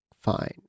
fine